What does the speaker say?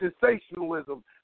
sensationalism